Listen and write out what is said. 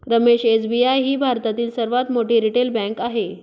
Ramesh SBI ही भारतातील सर्वात मोठी रिटेल बँक आहे